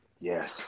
Yes